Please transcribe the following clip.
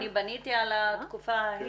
אני בניתי על התקופה ההיא.